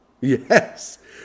Yes